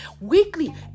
weekly